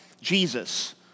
Jesus